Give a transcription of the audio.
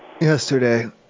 yesterday